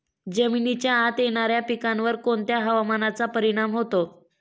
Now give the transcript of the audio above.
जमिनीच्या आत येणाऱ्या पिकांवर कोणत्या हवामानाचा परिणाम होतो?